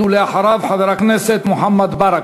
יעלה חבר הכנסת חנא סוייד,